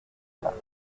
pas